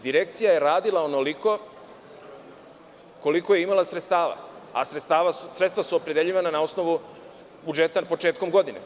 Direkcija je radila onoliko koliko je imala sredstava, a sredstva su opredeljivana na osnovu budžeta početkom godine.